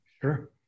Sure